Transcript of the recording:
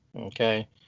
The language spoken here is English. Okay